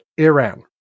Iran